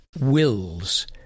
wills